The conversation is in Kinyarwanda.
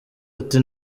ati